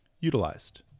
utilized